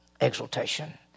exaltation